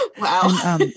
Wow